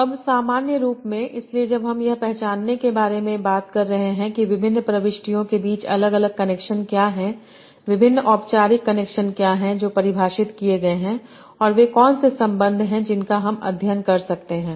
अब सामान्य रूप में इसलिए जबहम यह पहचानने के बारे में बात कररहे हैं कि विभिन्न प्रविष्टियों के बीच अलग अलग कनेक्शन क्या हैं विभिन्न औपचारिक कनेक्शन क्या हैं जो परिभाषित किए गए हैं और वे कौन से संबंध हैं जिनका हम अध्ययन कर सकते हैं